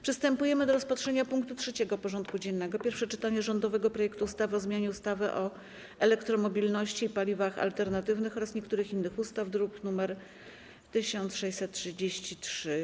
Przystępujemy do rozpatrzenia punktu 3. porządku dziennego: Pierwsze czytanie rządowego projektu ustawy o zmianie ustawy o elektromobilności i paliwach alternatywnych oraz niektórych innych ustaw (druk nr 1633)